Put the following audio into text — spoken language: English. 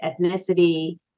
ethnicity